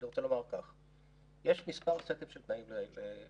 אני רוצה לומר שיש מספר סטים של תנאים לקצא"א.